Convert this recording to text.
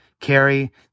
Carrie